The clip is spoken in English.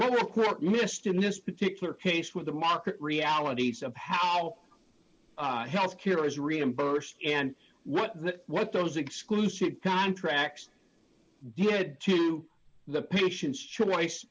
lower court missed in this particular case with the market realities of how health care is reimbursed and what that what those exclusive contracts did to the patients choice